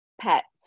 pets